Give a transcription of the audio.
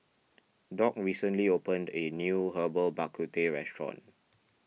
Doc recently opened a new Herbal Bak Ku Teh restaurant